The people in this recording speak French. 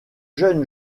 jeunes